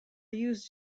used